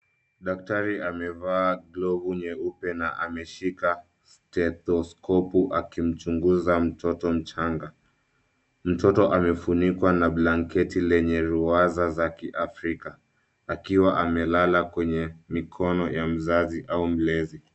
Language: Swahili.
Daktari amevaa glovu nyeupe na ameshika stethoscope akimchunguza mtoto mchanga. Mtoto amefunikwa na blanketi lenye ruwaza za Kiafrika, akiwa amelala kwenye mikono ya mzazi au mlezi.